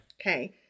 Okay